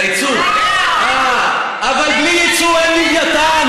ליצוא, אהה, אבל בלי יצוא אין לווייתן.